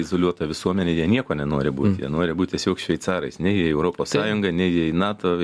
izoliuota visuomenė jie niekuo nenori būti jie nori būti tiesiog šveicarais nei į europos sąjungą nei į nato